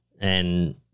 and-